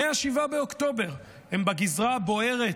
מ-7 באוקטובר הם בגזרה הבוערת